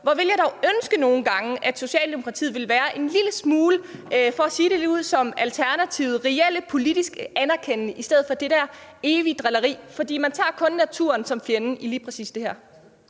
Hvor ville jeg dog nogle gange ønske, at Socialdemokratiet ville være en lille smule – for sige det ligeud – som Alternativet, dvs. reelt politisk anerkendende i stedet for det der evige drilleri. For man tager kun naturen som gidsel i lige præcis det her.